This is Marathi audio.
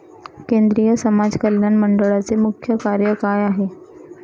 केंद्रिय समाज कल्याण मंडळाचे मुख्य कार्य काय आहे?